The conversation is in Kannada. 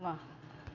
ವಾಹ್